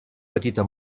petita